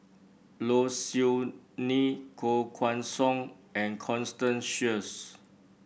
Low Siew Nghee Koh Guan Song and Constance Sheares